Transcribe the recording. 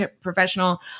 professional